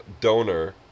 donor